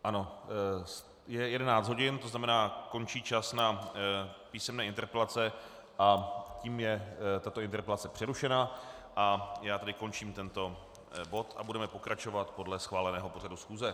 Ano, je 11 hodin, to znamená, končí čas na písemné interpelace, a tím je tato interpelace přerušena, a já tedy končím tento bod a budeme pokračovat podle schváleného pořadu schůze.